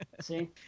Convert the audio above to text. See